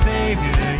Savior